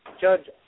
Judge